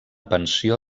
pensió